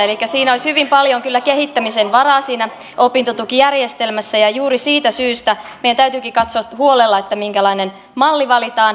elikkä siinä opintotukijärjestelmässä olisi hyvin paljon kyllä kehittämisen varaa ja juuri siitä syystä meidän täytyykin katsoa huolella minkälainen malli valitaan